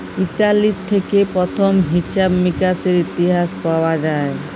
Italy থেক্যে প্রথম হিছাব মিকাশের ইতিহাস পাওয়া যায়